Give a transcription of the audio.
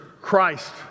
Christ